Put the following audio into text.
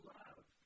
love